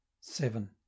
Seven